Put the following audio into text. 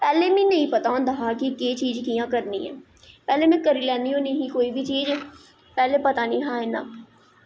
पैह्लें मिगी नेईं पता होंदा हा कि केह् चीज़ कि'यांं करनी ऐ पैह्लें में करी लैन्नी होन्नी ही कोई बी चीज़ पैह्लें पता निं हा इन्ना